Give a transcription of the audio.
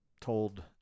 told